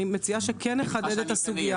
אני מציעה שכן נחדד את הסוגיה.